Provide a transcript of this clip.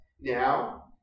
Now